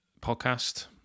podcast